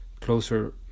closer